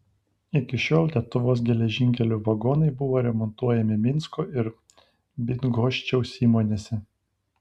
iki šiol lietuvos geležinkelių vagonai buvo remontuojami minsko ir bydgoščiaus įmonėse